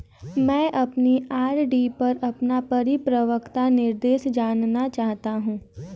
मैं अपनी आर.डी पर अपना परिपक्वता निर्देश जानना चाहता हूँ